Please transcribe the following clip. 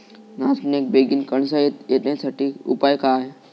नाचण्याक बेगीन कणसा येण्यासाठी उपाय काय?